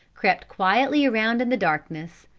crept quietly around in the darkness,